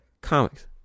Comics